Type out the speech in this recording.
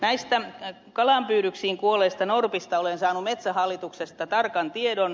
näistä kalanpyydyksiin kuolleista norpista olen saanut metsähallituksesta tarkan tiedon